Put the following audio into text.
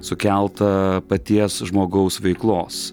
sukelta paties žmogaus veiklos